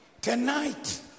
Tonight